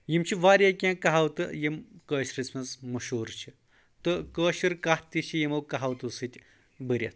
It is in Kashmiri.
یِم چھِ واریاہ کینٛہہ کہاوتہٕ یِم کٲشرِس منٛز مشہوٗر چھِ تہٕ کٲشُر کَتھ تہِ چھِ یِمو کہاوتو سۭتۍ بٔرِتھ